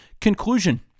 Conclusion